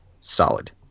solid